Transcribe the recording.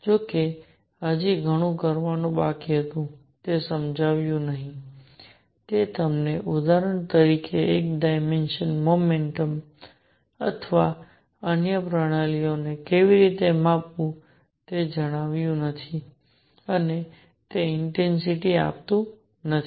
જો કે હજી ઘણું કરવાનું બાકી હતું તે સમજાવ્યું નહીં તે તમને ઉદાહરણ તરીકે એક ડાયમેન્સનલ મોમેન્ટમ અથવા અન્ય પ્રણાલીઓને કેવી રીતે માપવું તે જણાવ્યું નથી અને તે ઇન્ટેન્સિટી આપતું નથી